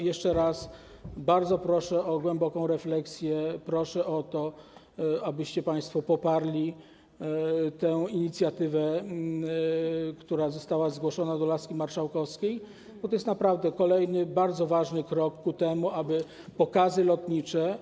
Jeszcze raz bardzo proszę o głęboką refleksję, proszę o to, abyście państwo poparli tę inicjatywę, która została zgłoszona do laski marszałkowskiej, bo to jest naprawdę kolejny bardzo ważny krok ku temu, aby pokazy lotnicze.